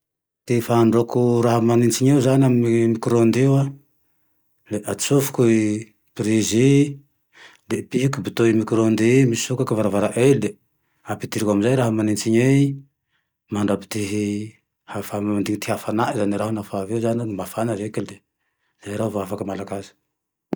Ty fandrahoako raha manintsiny io zane amy micro-ondes io, le atsofoky prizy i, le pihiko bouton micro-ondes iny, i misokaky varavaranie le ampidiriko amizay raha manintsiny e mandrampy ty hafa-mandiny hafanany zane raho, nafa avy eo zane mafana reke le zay raho vo afaky mangalaky aze